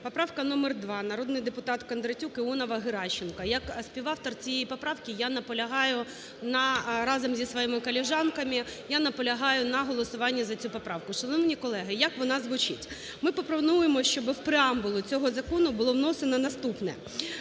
Поправка номер 2. Народний депутат Кондратюк, Іонова, Геращенко. Як співавтор цієї поправки, я наполягаю, разом зі своїми колежанками, я наполягаю на голосуванні за цю поправку. Шановні колеги, як вона звучить? Ми пропонуємо, щоби в преамбулу цього закону було внесено наступне.